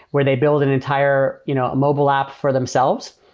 where they build an entire you know mobile app for themselves.